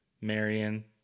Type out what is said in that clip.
Marion